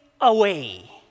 away